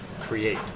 create